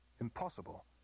impossible